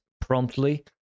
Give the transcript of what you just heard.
promptly